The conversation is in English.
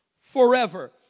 forever